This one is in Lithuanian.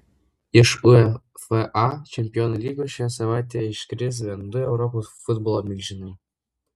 iš uefa čempionų lygos šią savaitę iškris bent du europos futbolo milžinai